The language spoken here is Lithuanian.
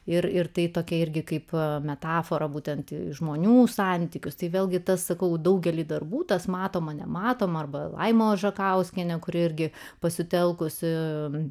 ir ir tai tokia irgi kaip metafora būtent žmonių santykius tai vėlgi tas sakau daugelį darbų tas matoma nematoma arba laima oržekauskienė kuri irgi pasitelkusi